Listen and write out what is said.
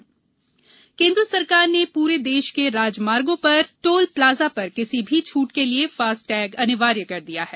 FASTag केन्द्र सरकार ने पूरे देश के राजमार्गों पर टोल प्लाजा पर किसी भी छूट के लिए फास्टैग अनिवार्य कर दिया है